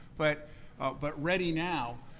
but but ready now,